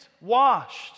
washed